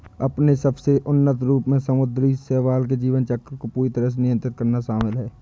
अपने सबसे उन्नत रूप में समुद्री शैवाल के जीवन चक्र को पूरी तरह से नियंत्रित करना शामिल है